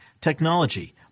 technology